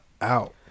out